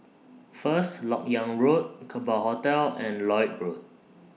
First Lok Yang Road Kerbau Hotel and Lloyd Road